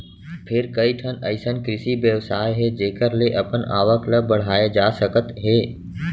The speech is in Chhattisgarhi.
फेर कइठन अइसन कृषि बेवसाय हे जेखर ले अपन आवक ल बड़हाए जा सकत हे